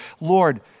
Lord